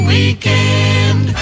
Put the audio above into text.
Weekend